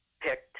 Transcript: picked